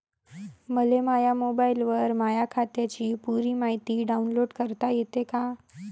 मले माह्या मोबाईलवर माह्या खात्याची पुरी मायती डाऊनलोड करता येते का?